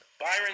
Byron